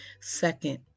Second